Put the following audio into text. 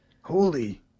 Holy